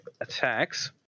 attacks